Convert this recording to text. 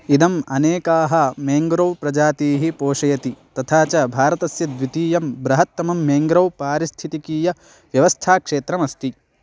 इदम् अनेकाः मेङ्ग्रो प्रजातयः पोषयन्ति तथा च भारतस्य द्वितीयं बृहत्तमं मेङ्ग्रो पारिस्थितिकीय व्यवस्थाक्षेत्रमस्ति